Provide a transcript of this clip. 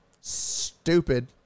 Stupid